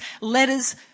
letters